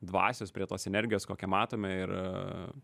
dvasios prie tos energijos kokią matome ir